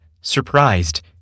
surprised